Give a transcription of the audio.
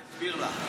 אני אסביר לה.